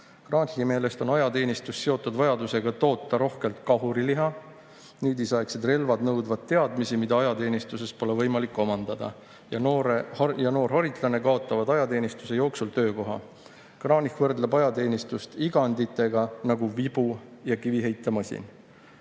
Kranichi meelest oli ajateenistus seotud vajadusega toota rohkelt kahuriliha. Nüüdisaegsed relvad nõudvat teadmisi, mida ajateenistuses polevat võimalik omandada, ja noor haritlane kaotavat ajateenistuse jooksul töökoha. Kranich võrdles ajateenistust iganditega, nagu vibu ja kiviheitemasin.17.